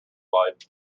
light